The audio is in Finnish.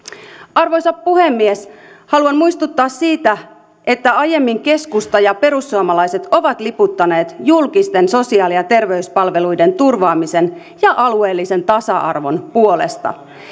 arvoisa puhemies haluan muistuttaa siitä että aiemmin keskusta ja perussuomalaiset ovat liputtaneet julkisten sosiaali ja terveyspalveluiden turvaamisen ja alueellisen tasa arvon puolesta